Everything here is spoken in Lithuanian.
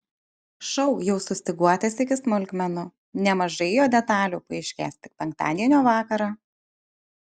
šou jau sustyguotas iki smulkmenų nemažai jo detalių paaiškės tik penktadienio vakarą